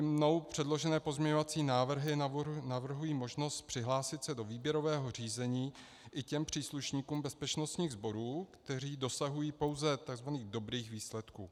Mnou předložené pozměňovací návrhy navrhují možnost přihlásit se do výběrového řízení i těm příslušníkům bezpečnostních sborů, kteří dosahují pouze takzvaných dobrých výsledků.